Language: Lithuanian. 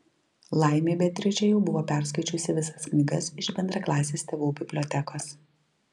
laimei beatričė jau buvo perskaičiusi visas knygas iš bendraklasės tėvų bibliotekos